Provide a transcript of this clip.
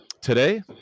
today